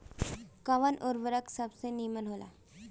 कवन उर्वरक सबसे नीमन होला?